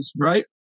right